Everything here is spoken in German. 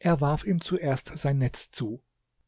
er warf ihm zuerst sein netz zu